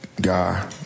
guy